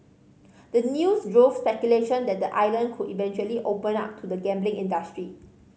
the news drove speculation that the island could eventually open up to the gambling industry